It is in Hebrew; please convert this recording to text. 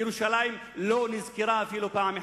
ירושלים לא נזכרה אפילו פעם אחת.